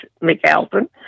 McAlpin